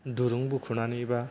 दिरुं बुखुनानै बा